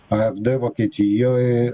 afd vokietijoj